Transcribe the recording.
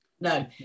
No